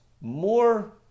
more